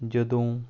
ਜਦੋਂ